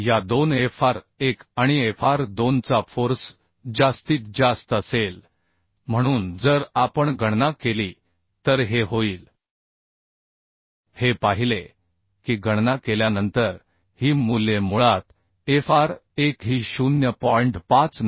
या दोन Fr 1 आणि Fr 2 चा फोर्स जास्तीत जास्त असेल म्हणून जर आपण गणना केली तर हे होईल हे पाहिले की गणना केल्यानंतर ही मूल्ये मुळात Fr1 ही 0